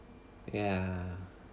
ya